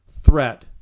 threat